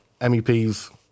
MEPs